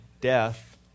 death